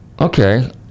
Okay